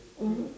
mmhmm